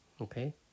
Okay